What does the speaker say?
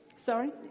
Sorry